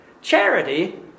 Charity